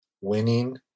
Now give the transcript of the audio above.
winning